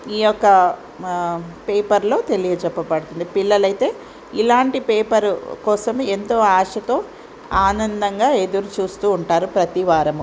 ఈ యొక్క పేపర్లో తెలియచెప్పబడుతుంది పిల్లలయితే ఇలాంటి పేపరు కోసం ఎంతో ఆశతో ఆనందంగా ఎదురు చూస్తూ ఉంటారు ప్రతీ వారము